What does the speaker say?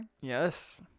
yes